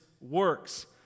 works